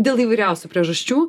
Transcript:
dėl įvairiausių priežasčių